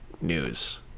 news